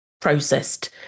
processed